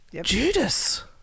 Judas